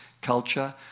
culture